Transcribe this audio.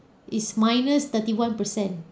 is minus thirty one percent